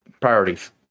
priorities